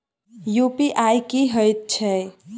UPI की हएत छई?